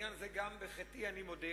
בעניין הזה גם בחטאי אני מודה,